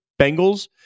Bengals